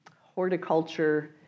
horticulture